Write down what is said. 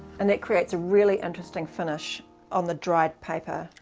and that creates a really interesting finish on the dried paper.